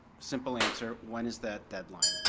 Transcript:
simple answer, when is that deadline?